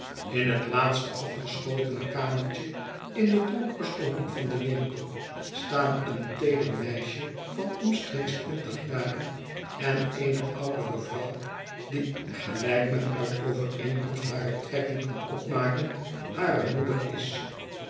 in het laatste afgeschotene kamertje in den donkersten hoek van den winkel staan een teeder meisje van omstreeks twintig jaren en eene oudere vrouw die gelijk men uit de overeenkomst barer trekken kan opmaken hare moeder is